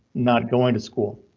not going to school.